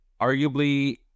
Arguably